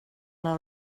har